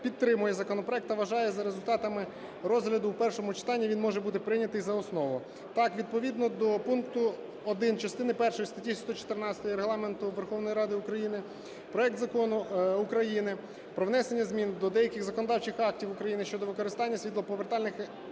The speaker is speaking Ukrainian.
підтримує законопроект та вважає: за результатами розгляду в першому читанні він може бути прийнятий за основу. Так, відповідно до пункту 1 частини першої статті 114 Регламенту Верховної Ради України проект Закону України про внесення змін до деяких законодавчих актів України щодо використання світлоповертальних